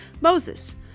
Moses